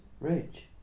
rich